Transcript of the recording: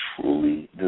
truly